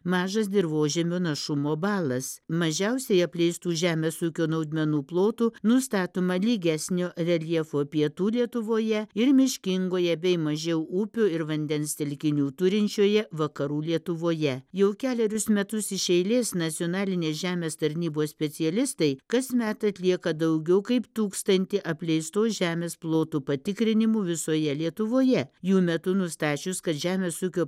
mažas dirvožemio našumo balas mažiausiai apleistų žemės ūkio naudmenų plotų nustatoma lygesnio reljefo pietų lietuvoje ir miškingoje bei mažiau upių ir vandens telkinių turinčioje vakarų lietuvoje jau kelerius metus iš eilės nacionalinės žemės tarnybos specialistai kasmet atlieka daugiau kaip tūkstantį apleistos žemės plotų patikrinimų visoje lietuvoje jų metu nustačius kad žemės ūkio